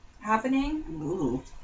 happening